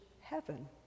heaven